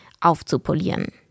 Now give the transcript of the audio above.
aufzupolieren